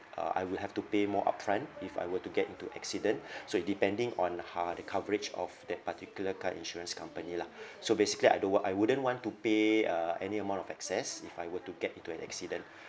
uh I will have to pay more upfront if I were to get into accidents so it depending on uh how the coverage of that particular car insurance company lah so basically I don't wa~ I wouldn't want to pay uh any amount of excess if I were to get into an accident